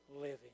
living